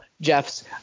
Jeff's